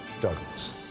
Douglas